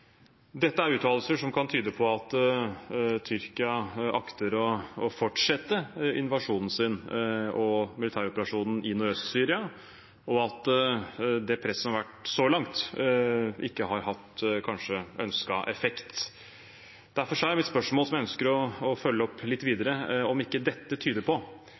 Dette er uttalelser som kan tyde på at Tyrkia akter å fortsette invasjonen sin og militæroperasjonen i Nordøst-Syria, og at det presset som har vært så langt, kanskje ikke har hatt ønsket effekt. Derfor er mitt spørsmål, som jeg ønsker å følge opp litt videre: Tyder ikke dette på